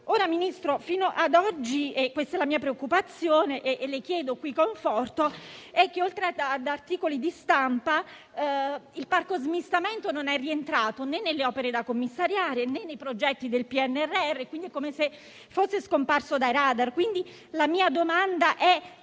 Ministro, fino ad oggi - e questa è la mia preoccupazione, su cui le chiedo qui conforto - al di là degli articoli di stampa, il parco smistamento non è rientrato né nelle opere da commissariare, né nei progetti del PNRR: è come se fosse scomparso dai radar. La mia domanda è